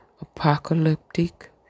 apocalyptic